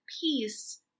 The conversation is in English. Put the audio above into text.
peace